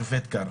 השופט קרא.